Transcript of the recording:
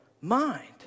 mind